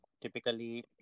Typically